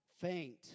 faint